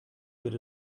good